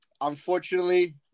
Unfortunately